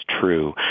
true